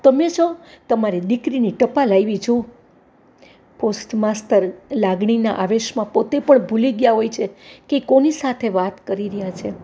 તમે છો તમારી દીકરીની ટપાલ આવી જુઓ પોસ્ટ માસ્તર લાગણીના આવેશમાં પોતે પણ ભૂલી ગયા હોય છે કે કોની સાથે વાત કરી રહ્યા છે